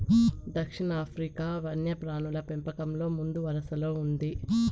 దక్షిణాఫ్రికా వన్యప్రాణుల పెంపకంలో ముందువరసలో ఉంది